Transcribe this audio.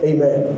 Amen